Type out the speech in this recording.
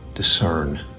discern